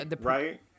right